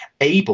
able